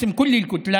בשם כל הסיעה,